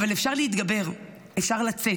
אבל אפשר להתגבר, אפשר לצאת,